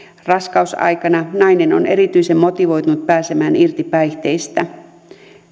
raskausaikana nainen on erityisen motivoitunut pääsemään irti päihteistä